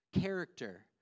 character